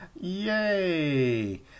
Yay